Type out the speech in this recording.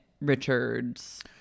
Richards